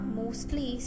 mostly